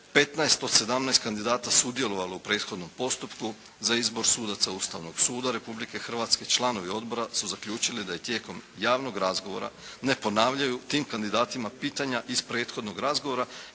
kandidata sudjelovao u prethodnom postupku za izbor sudaca Ustavnog suda Republike Hrvatske članovi odbora su zaključili da je tijekom javnog razgovora ne ponavljaju tim kandidatima pitanja iz prethodnog razgovora